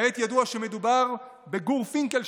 כעת ידוע שמדובר בגור פינקלשטיין,